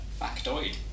Factoid